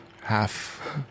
half